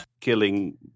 killing